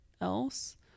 else